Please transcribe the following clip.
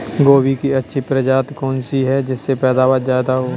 गोभी की अच्छी प्रजाति कौन सी है जिससे पैदावार ज्यादा हो?